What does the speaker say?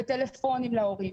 וטלפונים להורים,